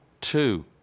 two